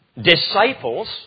disciples